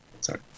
Sorry